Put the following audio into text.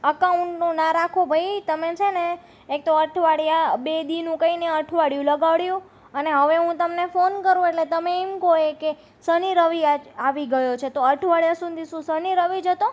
અકાઉન્ટનું ના રાખો ભાઈ તમે છેને એક તો અઠવાડિયા બે દીવસનું કહીને અઠવાડિયું લગાડ્યું અને હવે હું તમને ફોન કરું એટલે તમે એમ કહો કે શનિ રવિ આ આવી ગયો છે અઠવાડિયા સુધી શું શનિ રવિ જ હતો